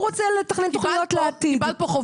הוא רוצה לתכנן תוכניות לעתיד.